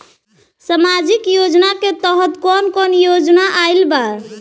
सामाजिक योजना के तहत कवन कवन योजना आइल बा?